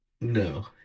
No